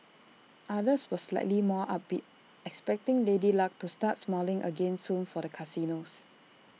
others were slightly more upbeat expecting lady luck to start smiling again soon for the casinos